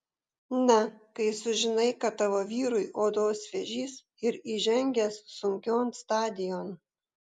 na kai sužinai kad tavo vyrui odos vėžys ir įžengęs sunkion stadijon